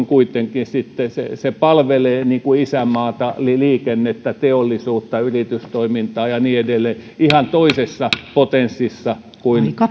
kuitenkin sitten palvelee isänmaata liikennettä teollisuutta yritystoimintaa ja niin edelleen ihan toisessa potenssissa kuin